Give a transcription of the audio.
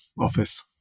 office